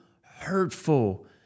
hurtful